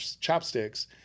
Chopsticks